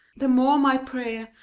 the more my prayer,